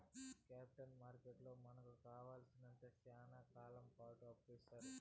capital మార్కెట్లో మనకు కావాలసినంత శ్యానా కాలంపాటు అప్పును ఇత్తారు